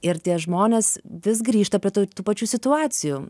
ir tie žmonės vis grįžta prie tų tų pačių situacijų